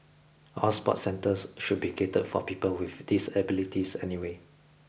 all sports centres should be catered for people with disabilities anyway